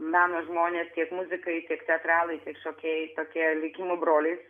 meno žmonės tiek muzikai tiek teatralai tiek šokėjai tokie likimo broliais